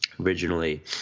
Originally